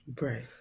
Right